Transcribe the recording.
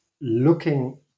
looking